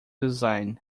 design